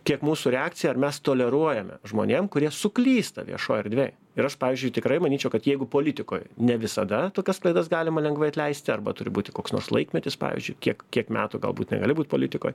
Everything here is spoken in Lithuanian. kiek mūsų reakcija ar mes toleruojame žmonėm kurie suklysta viešoj erdvėj ir aš pavyzdžiui tikrai manyčiau kad jeigu politikoj ne visada tokias klaidas galima lengvai atleisti arba turi būti koks nors laikmetis pavyzdžiui kiek kiek metų galbūt negali būt politikoj